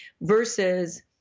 versus